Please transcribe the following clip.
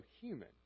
human